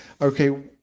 Okay